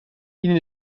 ihnen